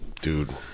Dude